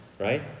right